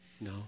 No